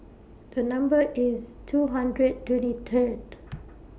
The Number IS two hundred twenty Third